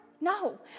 No